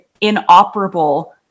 inoperable